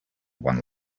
one